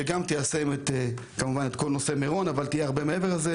שגם תיישם את כל נושא מירון אבל גם תהיה הרבה מעבר לזה.